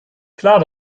klar